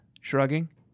shrugging